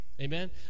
Amen